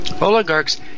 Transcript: Oligarchs